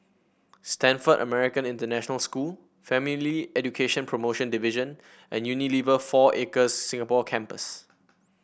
Stamford American International School Family Education Promotion Division and Unilever Four Acres Singapore Campus